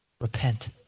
Repent